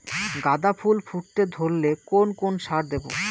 গাদা ফুল ফুটতে ধরলে কোন কোন সার দেব?